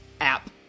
app